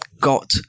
got